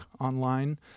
online